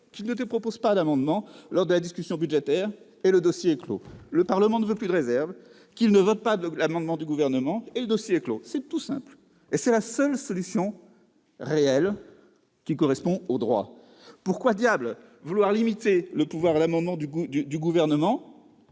qu'il ne dépose pas d'amendement lors de la discussion budgétaire et le dossier est clos ; si le Parlement ne veut plus de la réserve, qu'il ne vote pas l'amendement du Gouvernement et le dossier est également clos. C'est tout simple et c'est la seule solution en droit. Pourquoi diable vouloir limiter le pouvoir d'amendement du Gouvernement